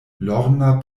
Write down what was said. lorna